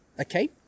Okay